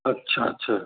अच्छा अच्छा